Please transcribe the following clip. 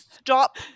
stop